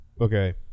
Okay